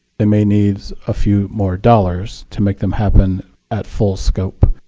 it may needs a few more dollars to make them happen at full scope.